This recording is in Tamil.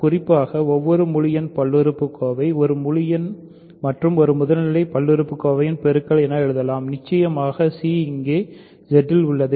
குறிப்பாக ஒவ்வொரு முழு எண் பல்லுறுப்புக்கோவை ஒரு முழு எண் மற்றும் ஒரு முதல்நிலை பல்லுறுப்புக்கோவையின் பெருக்கல் என எழுதலாம் நிச்சயமாக c இங்கே Z இல் உள்ளது